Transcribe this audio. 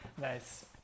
nice